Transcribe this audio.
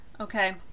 Okay